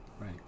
Right